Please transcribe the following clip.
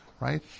Right